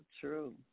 true